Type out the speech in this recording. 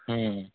ହୁଁ